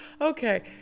Okay